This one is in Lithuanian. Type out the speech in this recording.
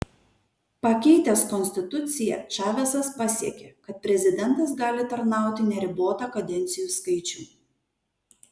pakeitęs konstituciją čavesas pasiekė kad prezidentas gali tarnauti neribotą kadencijų skaičių